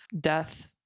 Death